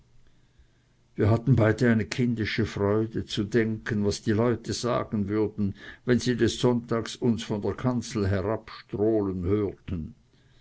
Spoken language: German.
wir hatten beide eine kindische freude zu denken was die leute sagen würden wenn sie des sonntags uns von der kanzel herab trohlen hörten